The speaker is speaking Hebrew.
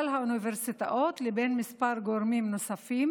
האוניברסיטאות לבין מספר גורמים נוספים.